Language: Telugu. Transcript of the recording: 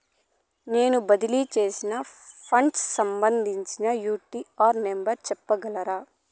నేను బదిలీ సేసిన ఫండ్స్ సంబంధించిన యూ.టీ.ఆర్ నెంబర్ సెప్పగలరా